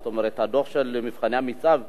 זאת אומרת הדוח של מבחני המיצ"ב.